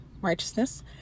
righteousness